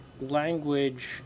language